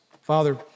Father